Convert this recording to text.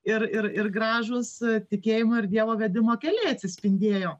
ir ir ir gražūs tikėjimo ir dievo vedimo keliai atsispindėjo